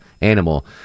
animal